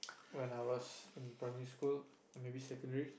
when I was in primary school or maybe secondary